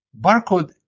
barcode